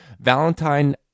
Valentine